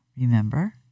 Remember